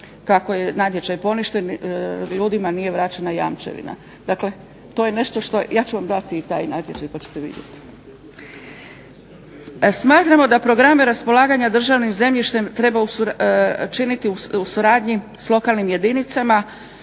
kako je natječaj poništen ljudima nije vraćena jamčevina. Dakle, to je nešto što je, ja ću vam dati i taj natječaj pa ćete vidjeti. Smatramo da programe raspolaganja državnim zemljištem treba činiti u suradnji s lokalnim jedinicama